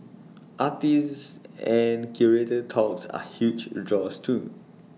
artist and curator talks are huge draws too